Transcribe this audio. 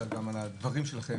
אלא גם על הדברים שלכם,